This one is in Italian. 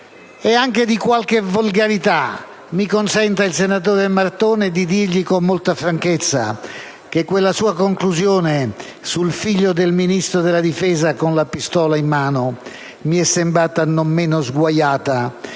e anche di qualche volgarità. Mi consenta il senatore Marton di dirgli con molta franchezza che quella sua conclusione sul figlio del Ministro della difesa con la pistola in mano mi è sembrata non meno sguaiata